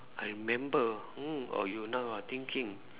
I remember mm or you now are thinking